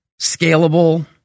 scalable